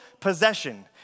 possession